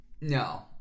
no